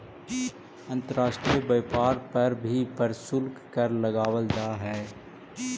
अंतर्राष्ट्रीय व्यापार पर भी प्रशुल्क कर लगावल जा हई